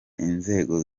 inzego